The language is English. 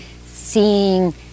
seeing